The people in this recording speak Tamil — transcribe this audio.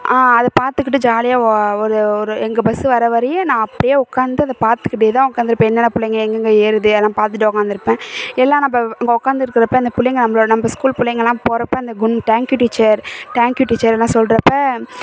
அதை பார்த்துக்கிட்டு ஜாலியாக ஒரு ஒரு எங்கள் பஸ்ஸு வர்ற வரையும் நான் அப்படியே உட்காந்து அதை பார்த்துக்கிட்டேதான் உட்காந்துருப்பேன் என்னடா பிள்ளைங்க எங்கெங்க ஏறுது எல்லாம் பார்த்துட்டு உக்காந்துருப்பேன் எல்லாம் நம்ம இங்கே உக்காந்து இருக்கிறப்ப அந்த பிள்ளைங்க நம்மள நம்ம ஸ்கூல் பிள்ளைங்கலாம் போகிறப்ப அந்த குன் thank you teacher thank you டீச்சருன்லாம் சொல்கிறப்ப